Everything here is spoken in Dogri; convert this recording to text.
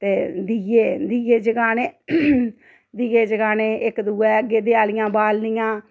ते दीये दीये जगाने दीये जगाने इक दुए अग्गें देआली बालनियां